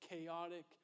chaotic